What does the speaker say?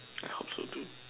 I hope so too